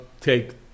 Take